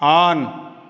on